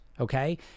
okay